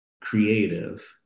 creative